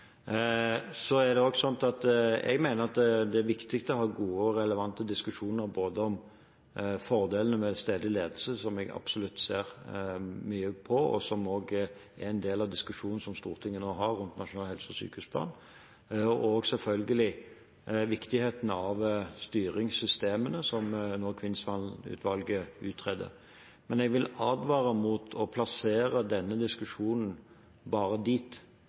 Jeg mener at det er viktig å ha gode og relevante diskusjoner om både fordelene med stedlig ledelse – som jeg absolutt ser mye på, og som også er en del av diskusjonen som Stortinget nå har om nasjonal helse- og sykehusplan – og selvfølgelig viktigheten av styringssystemene som Kvinnsland-utvalget nå utreder. Men jeg vil advare mot å plassere denne diskusjonen bare dit,